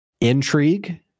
intrigue